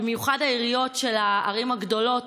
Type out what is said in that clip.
במיוחד העיריות של הערים הגדולות